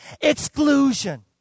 exclusion